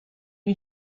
you